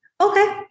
okay